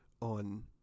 on